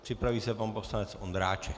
Připraví se pan poslanec Vondráček.